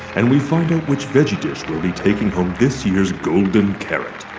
and we find out which veggie dish will be taking home this year's golden carrot.